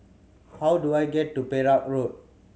how do I get to Perak Road